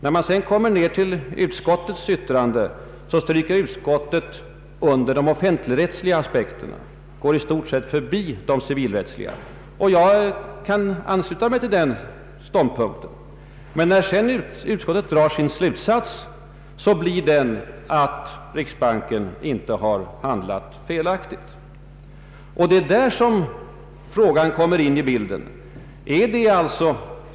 För det andra har utskottet i sitt yttrande understrukit den offentligrättsliga aspekten och i stort sett gått förbi den civilrättsliga och jag kan ansluta mig till denna ståndpunkt. Men när utskottet för det tredje drar den slutsatsen, att riksbanken inte har handlat felaktigt, då finns det fog för den fråga jag ställde.